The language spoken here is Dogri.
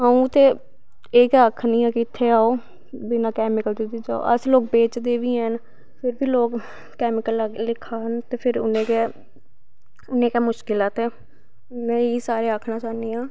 अऊं ते एह् गै आखनी आं के इत्थें आओ बिना कैमिकल दी चीजां अस लोग बेचदे बी हैन एह् बी लोग कैमिकल आह्ले खान ते उन्नी गै मुश्किल ऐ ते में इयै सारें आखना चाह्न्नी आं